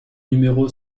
numéro